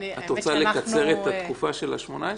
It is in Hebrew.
את רוצה לקצר את התקופה של 18 חודשים?